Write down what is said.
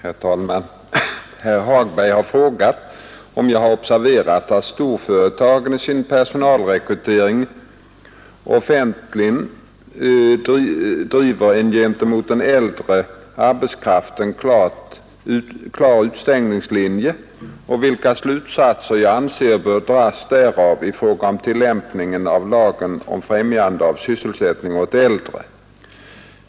Herr talman! Herr Hagberg har frågat om jag har observerat att storföretagen i sin personalrekrytering offentligen driver en gentemot den äldre arbetskraften klar utestängningslinje och vilka slutsatser jag anser bör dras härav i fråga om tillämpningen av lagen om främjande av sysselsättning åt äldre.